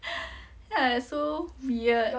then I like so weird